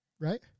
Right